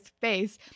face